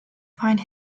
find